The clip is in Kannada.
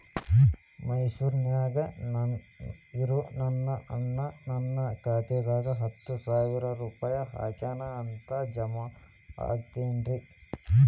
ಮೈಸೂರ್ ನ್ಯಾಗ್ ಇರೋ ನನ್ನ ಅಣ್ಣ ನನ್ನ ಖಾತೆದಾಗ್ ಹತ್ತು ಸಾವಿರ ರೂಪಾಯಿ ಹಾಕ್ಯಾನ್ ಅಂತ, ಜಮಾ ಆಗೈತೇನ್ರೇ?